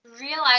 Realize